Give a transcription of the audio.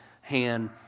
hand